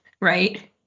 right